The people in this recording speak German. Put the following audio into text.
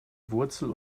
wurzel